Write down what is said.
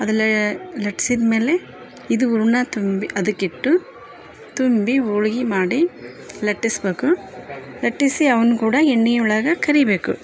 ಅದೆಲ್ಲ ಲಟ್ಸಿದ್ಮೇಲೆ ಇದು ಹೂರ್ಣ ತುಂಬಿ ಅದಕ್ಕೆ ಇಟ್ಟು ತುಂಬಿ ಹೋಳಿಗಿ ಮಾಡಿ ಲಟ್ಟಿಸಬೇಕು ಲಟ್ಟಿಸಿ ಅವನ್ನ ಕೂಡ ಎಣ್ಣೆ ಒಳಗ ಕರಿಬೇಕು